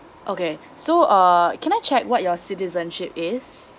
okay so uh can I check what your citizenship is